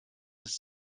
ist